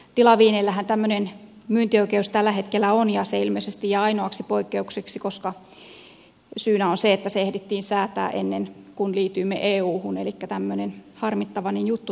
tilaviineillähän tämmöinen myyntioikeus tällä hetkellä on ja se ilmeisesti jää ainoaksi poikkeukseksi koska se ehdittiin säätää ennen kuin liityimme euhun elikkä tämmöinen harmittavainen juttu tässä on